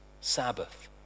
Sabbath